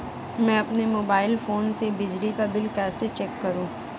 मैं अपने mobile phone से बिजली का बिल कैसे चेक करूं?